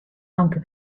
aunque